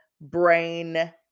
brain